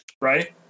right